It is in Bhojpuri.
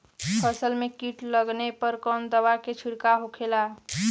फसल में कीट लगने पर कौन दवा के छिड़काव होखेला?